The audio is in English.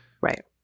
right